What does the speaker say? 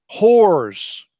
whores